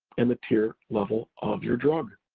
and the tier level of your drug.